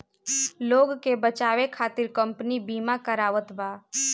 लोग के बचावे खतिर कम्पनी बिमा करावत बा